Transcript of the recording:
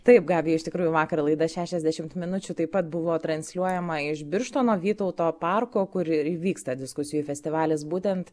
taip gabija iš tikrųjų vakar laida šešiasdešimt minučių taip pat buvo transliuojama iš birštono vytauto parko kur ir vyksta diskusijų festivalis būtent